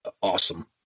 awesome